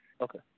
Okay